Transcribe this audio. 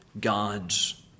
God's